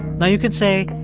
now, you can say,